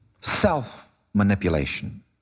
Self-manipulation